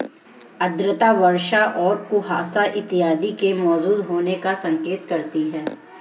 आर्द्रता वर्षा और कुहासा इत्यादि के मौजूद होने का संकेत करती है